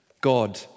God